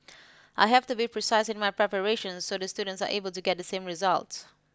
I have to be precise in my preparations so the students are able to get the same results